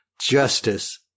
justice